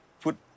put